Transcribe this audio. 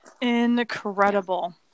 incredible